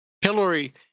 Hillary